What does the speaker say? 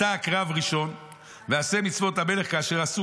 עתה קרב ראשון ועשה מצוות המלך כאשר עשו